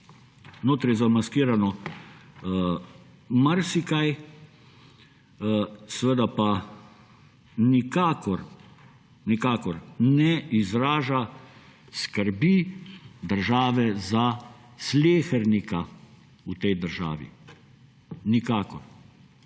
notri je zamaskirano marsikaj, seveda pa nikakor ne izraža skrbi države za slehernika v tej državi. Nikakor.